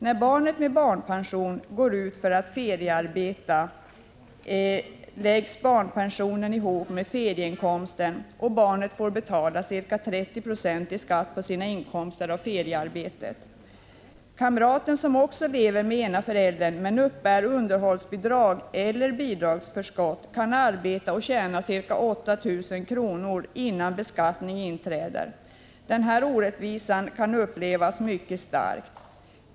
När barnet med barnpension går ut för att feriearbeta läggs barnpensionen ihop med ferieinkomsten, och barnet får betala ca 30 96 skatt på sin inkomst av feriearbetet. Kamraten som också lever med en förälder men uppbär underhållsbidrag eller bidragsförskott kan tjäna ca 8 000 kr. innan beskattning inträder. Den orättvisan kan upplevas mycket starkt.